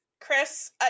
chris